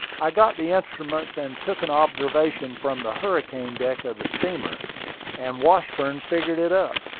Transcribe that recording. i got the instruments, and took an observation from the hurricane-deck of the steamer and washburn figured it up.